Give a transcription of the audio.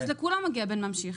אז לכולם מגיע בן ממשיך,